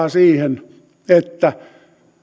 siihen että